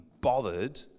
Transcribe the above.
bothered